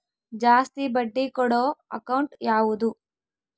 ಜಾಸ್ತಿ ಬಡ್ಡಿ ಕೊಡೋ ಅಕೌಂಟ್ ಯಾವುದು?